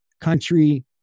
country